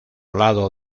lado